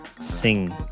sing